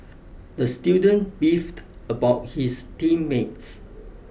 the student beefed about his team mates